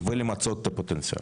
ולמצות את הפוטנציאל.